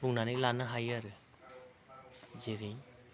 बुंनानै लानो हायो आरो जेरै